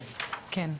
כן,